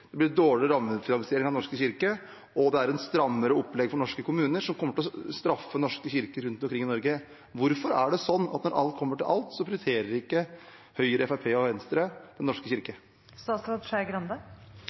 det blir dårligere rammefinansiering av Den norske kirke, og det er et strammere opplegg for norske kommuner som kommer til å straffe kirker rundt omkring i Norge. Hvorfor er det sånn at når alt kommer til alt, prioriterer ikke Høyre, Fremskrittspartiet og Venstre Den norske kirke?